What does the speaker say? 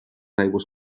aigües